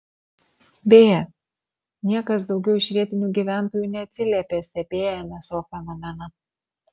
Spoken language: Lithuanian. beje niekas daugiau iš vietinių gyventojų neatsiliepė stebėję nso fenomeną